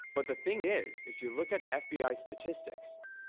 but the thing is, if you look at fbi statistics,